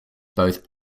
both